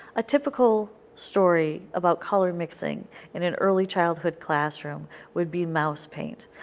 a typical story about color mixing in in early childhood classroom would be mouse paint.